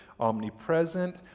omnipresent